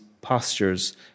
postures